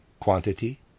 quantity